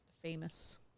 Famous